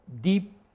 deep